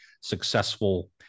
successful